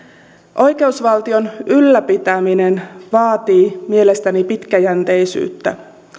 oikeusvaltion ylläpitäminen vaatii mielestäni pitkäjänteisyyttä